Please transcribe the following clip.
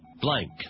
blank